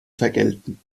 vergelten